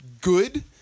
good